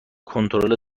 کنترل